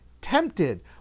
tempted